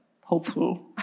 hopeful